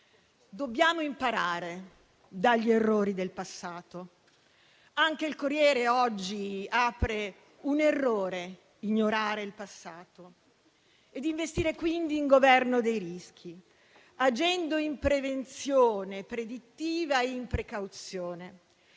dobbiamo imparare dagli errori del passato (anche il «Corriere della sera» oggi apre: «Un errore ignorare il passato») e investire quindi in governo dei rischi, agendo in prevenzione predittiva e in precauzione,